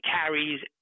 carries